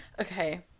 Okay